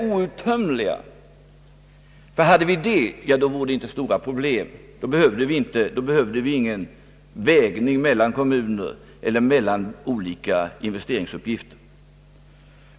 Om vi hade det vore det inga stora problem, och då behövde vi ingen avvägning mellan kommuner eller mellan olika investeringsuppgifter.